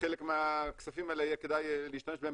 חלק מהכספים האלה יהיה כדאי להשתמש בהם